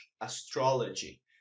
astrology